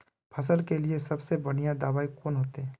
फसल के लिए सबसे बढ़िया दबाइ कौन होते?